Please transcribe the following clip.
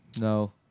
No